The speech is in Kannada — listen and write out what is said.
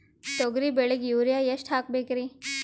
ತೊಗರಿ ಬೆಳಿಗ ಯೂರಿಯಎಷ್ಟು ಹಾಕಬೇಕರಿ?